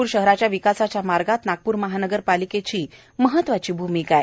नागपूर शहराच्या विकासाच्या मार्गात नागपूर महानगरपालिकेची महत्वाची भूमिका आहे